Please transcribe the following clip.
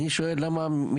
אני שואל: למה לא